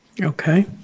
Okay